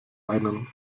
einen